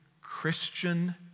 Christian